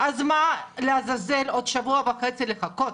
אז מה לעזאזל עוד שבוע וחצי לחכות?